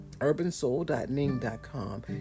urbansoul.ning.com